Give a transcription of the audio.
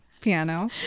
piano